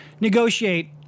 negotiate